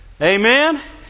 Amen